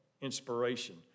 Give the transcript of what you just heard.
inspiration